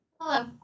Hello